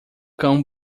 cão